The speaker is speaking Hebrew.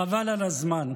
חבל על הזמן.